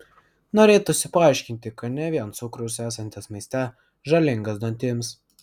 norėtųsi paaiškinti kad ne vien cukrus esantis maiste žalingas dantims